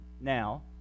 now